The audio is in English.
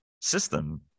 system